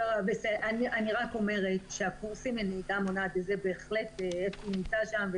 אני רק אומרת שהקורסים לנהיגה מונעת אפי נמצא שם,